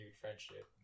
friendship